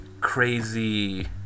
crazy